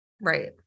Right